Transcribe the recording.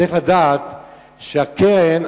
צריך לדעת שהקרן,